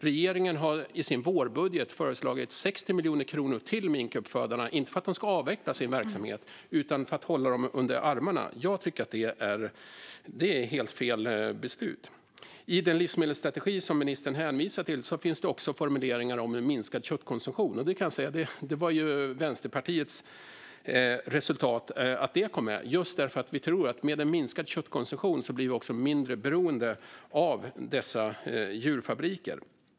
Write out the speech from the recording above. Regeringen har i sin vårbudget föreslagit 60 miljoner kronor till minkuppfödarna, inte för att de ska avveckla sin verksamhet utan för att hålla dem under armarna. Jag tycker att det är helt fel beslut. I den livsmedelsstrategi som ministern hänvisar till finns det också formuleringar om en minskad köttkonsumtion. Jag kan säga att det var Vänsterpartiets resultat att det kom med. Vi tror nämligen att med en minskad köttkonsumtion blir vi också mindre beroende av dessa djurfabriker.